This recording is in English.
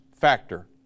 factor